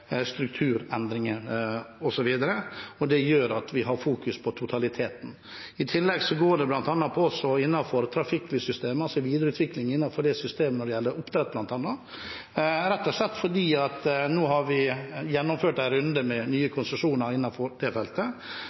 strukturendringer osv., og det gjør at vi fokuserer på totaliteten. I tillegg går det bl.a. på videreutvikling av trafikklyssystemet, bl.a. når det gjelder oppdrett, rett og slett fordi vi nå har gjennomført en runde med nye konsesjoner innenfor det feltet.